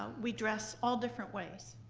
ah we dress all different ways,